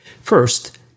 First